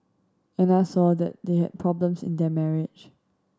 Anna saw that they had problems in their marriage